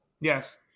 Yes